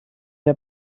der